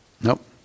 Nope